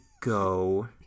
go